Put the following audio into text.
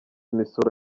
imisoro